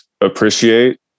appreciate